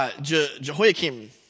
Jehoiakim